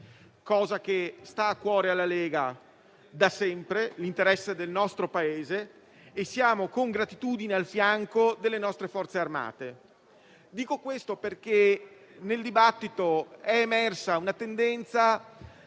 cosa che sta a cuore alla Lega da sempre, e siamo con gratitudine al fianco delle nostre Forze armate. Dico questo perché nel dibattito è emersa una tendenza